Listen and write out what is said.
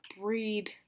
breed